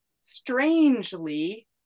strangely